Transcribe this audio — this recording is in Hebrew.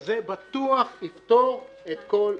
וזה בטוח יפתור את כל הבעיות.